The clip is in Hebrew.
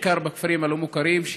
בעיקר בכפרים הלא-מוכרים,